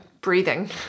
breathing